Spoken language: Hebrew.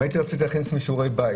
רציתי להכין לעצמי שיעורי בית,